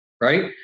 right